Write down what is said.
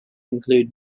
include